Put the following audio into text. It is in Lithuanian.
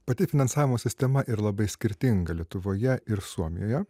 pati finansavimo sistema ir labai skirtinga lietuvoje ir suomijoje